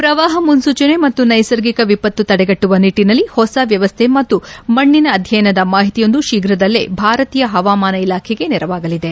ಪ್ರವಾಹ ಮುನ್ನೂಚನೆ ಮತ್ತು ನೈಸರ್ಗಿಕ ವಿಪತ್ತು ತಡೆಗಟ್ಟುವ ನಿಟ್ಟನಲ್ಲಿ ಹೊಸ ವ್ಯವಸ್ಥೆ ಮತ್ತು ಮಣ್ಣಿನ ಅಧ್ಯಯನದ ಮಾಹಿತಿಯೊಂದು ಶೀಘ್ರದಲ್ಲೇ ಭಾರತೀಯ ಹವಾಮಾನ ಇಲಾಖೆಗೆ ನೆರವಾಗಲಿದೆ